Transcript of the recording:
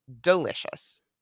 delicious